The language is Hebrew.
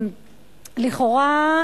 לכאורה,